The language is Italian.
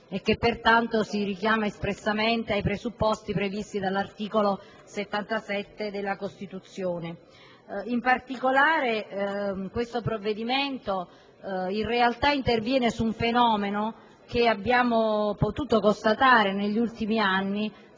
e che pertanto si richiami espressamente ai presupposti previsti dall'articolo 77 della Costituzione. Il provvedimento in esame interviene su un fenomeno che, come abbiamo potuto constatare, negli ultimi anni